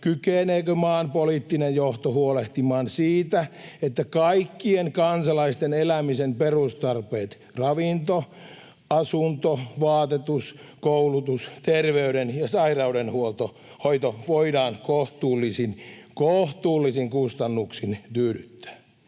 kykeneekö maan poliittinen johto huolehtimaan siitä, että kaikkien kansalaisten elämisen perustarpeet, ravinto, asunto, vaatetus, koulutus, terveyden- ja sairaudenhoito, voidaan kohtuullisin” — kohtuullisin — ”kustannuksin tyydyttää.